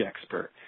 expert